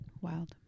Wild